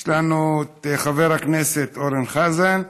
יש לנו את חבר הכנסת אורן חזן,